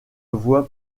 voie